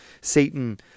Satan